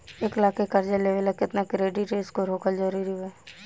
एक लाख के कर्जा लेवेला केतना क्रेडिट स्कोर होखल् जरूरी बा?